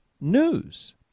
news